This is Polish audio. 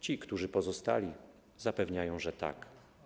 Ci, którzy pozostali, zapewniają, że tak.